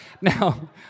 Now